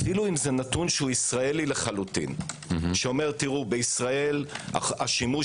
אף אם זה נתון שהוא ישראלי לחלוטין שאומר: בישראל השימוש